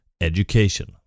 education